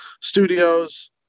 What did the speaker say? studios